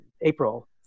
April